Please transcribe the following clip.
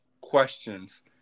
questions